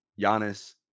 Giannis